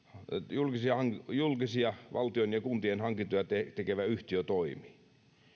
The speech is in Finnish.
julkisia julkisia valtion ja kuntien hankintoja tekevä yhtiö toimii näin yksisilmäisesti tätä on